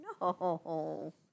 No